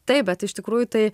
taip bet iš tikrųjų tai